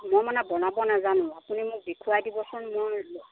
মই মানে বনাব নাজানো আপুনি মোক দেখুৱাই দিবচোন মই